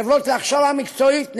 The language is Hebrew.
חברות להכשרה מקצועית.